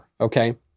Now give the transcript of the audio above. okay